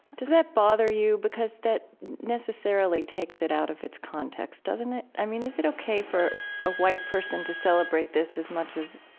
does that bother you? because that necessarily takes it out of its context, doesn't it? i mean, is it ok for a white person to celebrate this as much as,